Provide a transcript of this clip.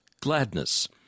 Gladness